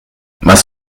was